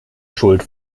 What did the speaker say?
schuld